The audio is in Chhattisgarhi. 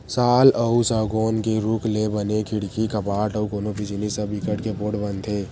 साल अउ सउगौन के रूख ले बने खिड़की, कपाट अउ कोनो भी जिनिस ह बिकट के पोठ बनथे